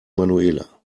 manuela